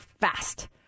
fast